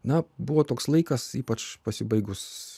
na buvo toks laikas ypač pasibaigus